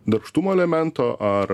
darbštumo elemento ar